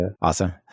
awesome